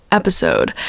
episode